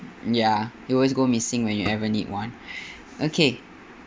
ya it always go missing when you ever need one okay